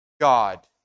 God